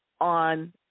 on